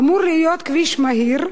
הוא אמור להיות כביש מהיר,